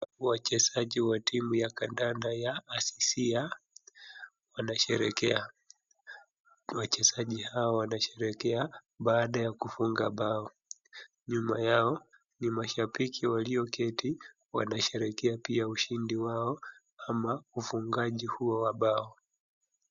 Wachezaji wa timu ya kandanda ya asisia wanasherekea. Wachezaji hawa wanasherekea baada ya kufunga mbao nyuma ya ni mashabiki walio keti wanasherekea pia ushindi wao ama ufungaji huo wa mbao.